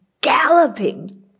galloping